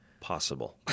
possible